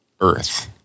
Earth